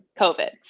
COVID